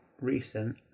recent